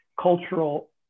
cultural